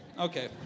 Okay